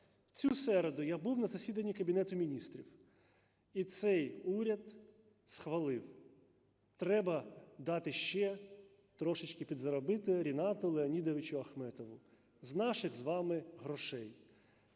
цю середу я був на засіданні Кабінету Міністрів. І цей уряд схвалив – треба дати ще трошечки підзаробити Рінату Леонідовичу Ахметову з наших з вами грошей.